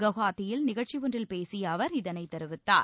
கவுஹாத்தியில் நிகழ்ச்சி ஒன்றில்பேசிய அவர் இதைத் தெரிவித்தார்